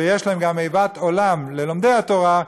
ויש להם גם איבת עולם ללומדי התורה,